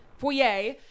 Foyer